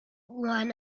one